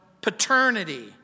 paternity